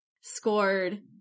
scored